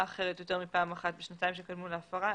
אחרת יותר מפעם אחת בשנתיים שקדמו להפרה,